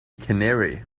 canary